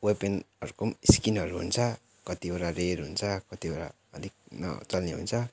वेपनहरूको स्किनहरू हुन्छ कतिवटा रेअर हुन्छ कतिवटा अलिक नचल्ने हुन्छ